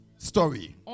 story